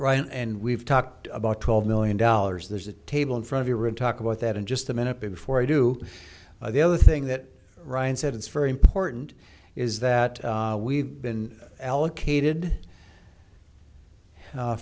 ryan and we've talked about twelve million dollars there's a table in front here and talk about that in just a minute before i do the other thing that ryan said it's very important is that we've been allocated